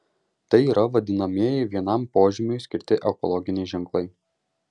tai yra vadinamieji vienam požymiui skirti ekologiniai ženklai